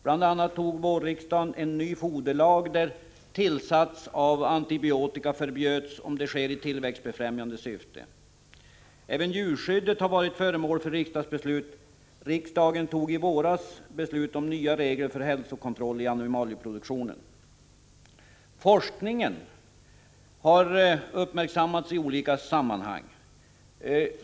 I våras antogs bl.a. en ny foderlag, där tillsats av antibiotika förbjuds om det sker i tillväxtbefrämjande syfte. Även djurskyddet har varit föremål för riksdagsbeslut. Riksdagen fattade i våras beslut om nya regler för hälsokontroll i animalieproduktionen. Forskningen har uppmärksammats i olika sammanhang.